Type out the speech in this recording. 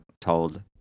told